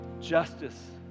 justice